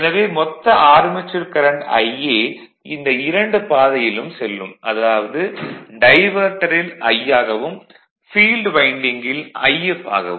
எனவே மொத்த armature current Ia இந்த இரண்டு பாதையிலும் செல்லும் அதாவது டைவர்ட்டரில் I ஆகவும் ஃபீல்டு வைண்டிங்கில் If ஆகவும்